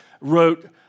wrote